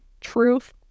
Truth